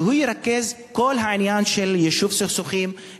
שירכז את כל העניין של יישוב סכסוכים,